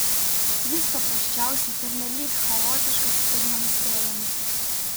jis paprasčiausiai pernelyg chaotiškas ir nenuspėjamas